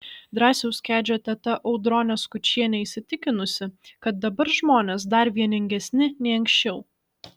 drąsiaus kedžio teta audronė skučienė įsitikinusi kad dabar žmonės dar vieningesni nei anksčiau